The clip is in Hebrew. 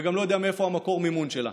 וגם לא יודע מה מקור המימון שלה.